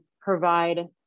provide